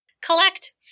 collect